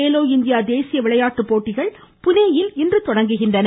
Khelo India தேசிய விளையாட்டு போட்டிகள் புனேயில் இன்று தொடங்குகின்றன